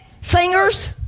singers